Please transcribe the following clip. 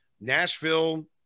Nashville